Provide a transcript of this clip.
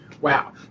Wow